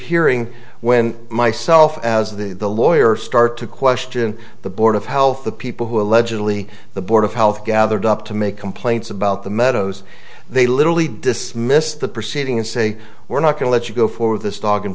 hearing when myself as the the lawyer start to question the board of health the people who allegedly the board of health gathered up to make complaints about the meadows they literally dismissed the proceeding and say we're not going let you go for this dog and